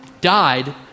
died